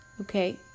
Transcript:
okay